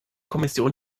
kommission